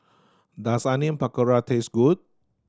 does Onion Pakora taste good